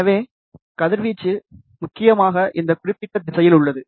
எனவே கதிர்வீச்சு முக்கியமாக இந்த குறிப்பிட்ட திசையில் உள்ளது